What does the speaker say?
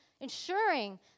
ensuring